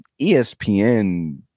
ESPN